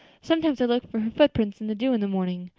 sometimes i look for her footprints in the dew in the morning.